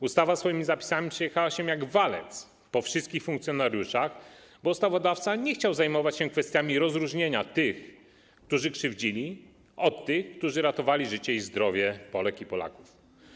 Ustawa swoimi zapisami przejechała się jak walec po wszystkich funkcjonariuszach, bo ustawodawca nie chciał zajmować się kwestiami rozróżnienia tych, którzy krzywdzili, od tych, którzy ratowali życie i zdrowie Polek i Polaków.